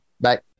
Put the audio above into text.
Bye